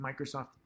Microsoft